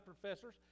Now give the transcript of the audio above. professors